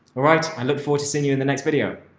all right. i look forward to seeing you in the next video.